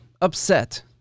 upset